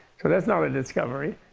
so that's not a discovery.